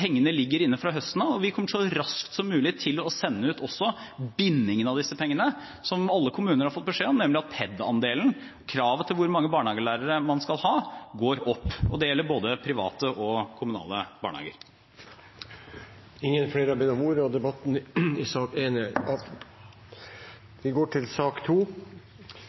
ligger inne fra høsten av. Vi kommer så raskt som mulig også til å sende ut bindingen av disse pengene som alle kommuner har fått beskjed om, nemlig at ped-andelen, kravet til hvor mange barnehagelærere man skal ha, går opp, og det gjelder både private og kommunale barnehager. Flere har ikke bedt om ordet til sak nr. 1. Etter ønske fra familie- og kulturkomiteen vil presidenten foreslå at taletiden blir begrenset til